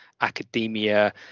academia